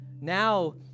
Now